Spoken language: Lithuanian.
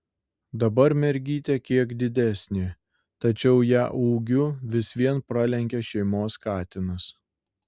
dabar mergytė kiek didesnė tačiau ją ūgiu vis vien pralenkia šeimos katinas